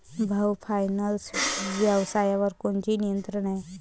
भाऊ फायनान्स व्यवसायावर कोणाचे नियंत्रण आहे?